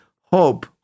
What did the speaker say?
hope